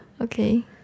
Okay